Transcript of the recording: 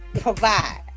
provide